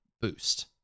boost